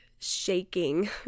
shaking